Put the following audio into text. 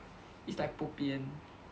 is like bopian